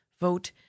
vote